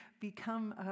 become